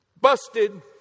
Busted